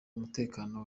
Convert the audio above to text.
umutekano